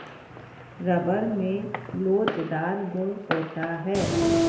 rubber में लोचदार गुण होता है